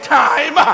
time